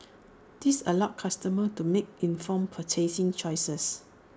this allows customers to make informed purchasing choices